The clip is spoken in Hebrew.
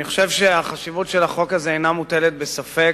אני חושב שחשיבות החוק הזה אינה מוטלת בספק,